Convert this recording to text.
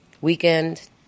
weekend